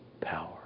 power